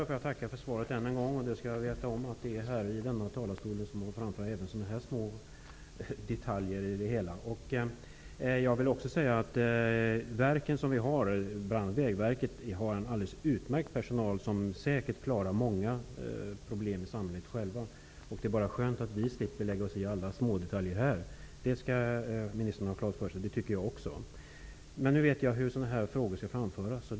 Fru talman! Jag vill än en gång tacka för svaret. Jag vet nu att det är här i denna talarstol som man kan ta upp även små detaljfrågor. Våra verk, bl.a. Vägverket, har en alldeles utmärkt personal som själv säkert klarar många problem i samhället. Det är bara skönt att vi här i kammaren slipper att lägga oss i alla smådetaljer. Det tycker också jag -- det vill jag att ministern skall ha klart för sig. Nu vet jag hur frågor av den här typen skall tas upp.